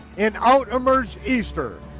and out emerged easter,